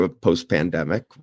post-pandemic